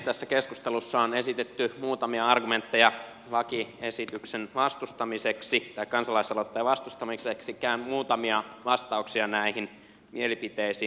tässä keskustelussa on esitetty muutamia argumentteja kansalaisaloitteen vastustamiseksi sekä muutamia vastauksia näihin mielipiteisiin